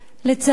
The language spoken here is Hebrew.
לצערי,